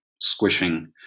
squishing